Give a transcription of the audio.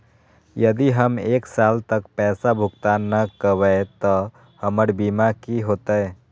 यदि हम एक साल तक पैसा भुगतान न कवै त हमर बीमा के की होतै?